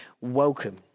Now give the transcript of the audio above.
welcome